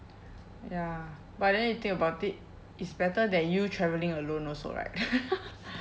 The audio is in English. ya but then you think about it it's better than you travelling alone also right